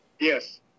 Yes